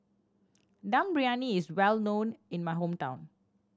Dum Briyani is well known in my hometown